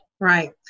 Right